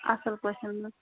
اَصٕل پٲٹھۍ